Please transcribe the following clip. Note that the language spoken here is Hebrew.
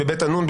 בבית עינון,